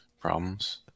problems